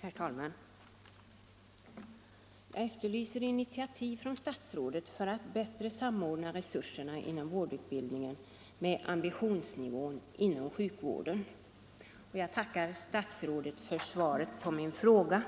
Herr talman! Jag efterlyser initiativ från statsrådet för att bättre samordna resurserna inom vårdutbildningen med ambitionsnivån inom sjukvården, och jag tackar statsrådet för svaret på min fråga.